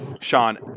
Sean